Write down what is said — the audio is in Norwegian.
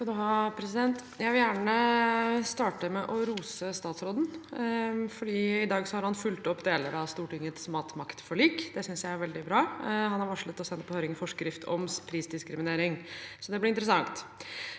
(H) Jeg vil gjerne starte med å rose statsråden, for i dag har han fulgt opp deler av Stortingets matmaktforlik. Det synes jeg er veldig bra. Han har varslet å sende på høring forskrift om prisdiskriminering, så det blir interessant.